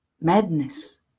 madness